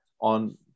on